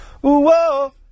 whoa